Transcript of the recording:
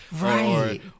Right